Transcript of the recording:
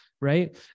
Right